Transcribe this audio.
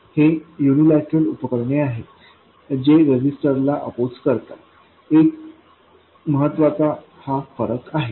तर हे यूनिलैटरल उपकरणे आहेत जे रेजिस्टरला अपोज करतात हा एक महत्त्वाचा फरक आहे